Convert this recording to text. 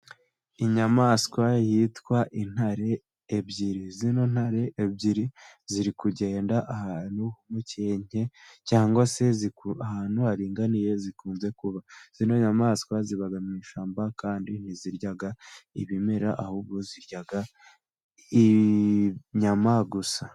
Inyamaswa yitwa intare ebyiri, zino ntare ebyiri ziri kugenda ahantu h'umukenke cyangwa se ahantu haringaniye zikunze kuba, zino nyamaswa ziba mu ishyamba kandi ntizirya ibimera, ahubwo zirya inyama gusa.